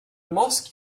mosque